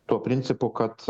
tuo principu kad